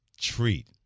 treat